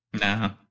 no